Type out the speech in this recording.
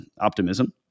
optimism